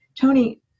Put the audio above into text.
Tony